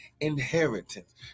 inheritance